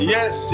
Yes